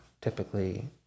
typically